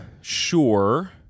sure